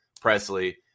Presley